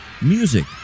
music